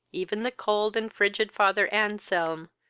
even the cold and frigid father anselm,